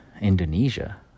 Indonesia